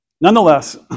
Nonetheless